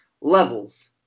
levels